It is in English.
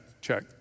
check